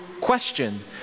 question